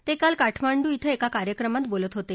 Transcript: ते काल काठमांडू इथं एका कार्यक्रमात बोलत होते